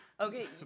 Okay